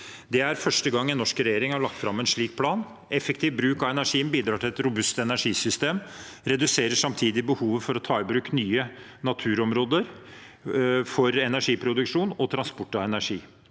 des. – Sakene nr. 1–4 1939 ing har lagt fram en slik plan. Effektiv bruk av energien bidrar til et robust energisystem og reduserer samtidig behovet for å ta i bruk nye naturområder for energiproduksjon og transport av energi.